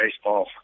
baseball